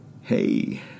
Hey